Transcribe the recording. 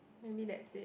maybe that's it